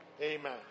Amen